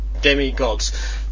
demigods